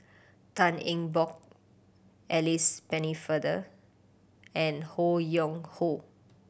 Tan Eng Bock Alice Pennefather and Ho Yuen Hoe